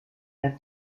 der